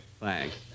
Thanks